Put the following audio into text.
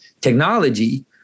technology